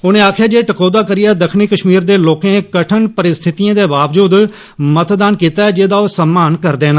उनें आक्खेआ जे टकोहदा करियै दक्खनी कष्मीर दे लोकें कठन परिस्थितिएं दे बावजूद मतदान कीता जेहदा ओह सम्मान करदे न